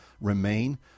remain